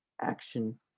action